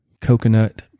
coconut